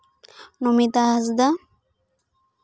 Namita Hansda